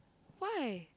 why